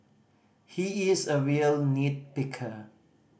he is a real nit picker